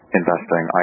investing